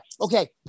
Okay